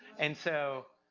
and so,